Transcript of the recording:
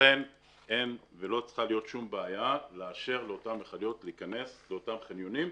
לכן לא צריכה להיות שום בעיה לאשר לאותן מכליות להיכנס לאותם חניונים,